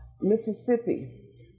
Mississippi